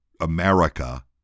America